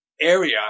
area